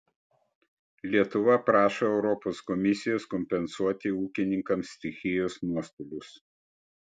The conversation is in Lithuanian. lietuva prašo europos komisijos kompensuoti ūkininkams stichijos nuostolius